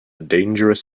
dangerous